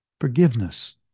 forgiveness